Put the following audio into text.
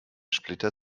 splitter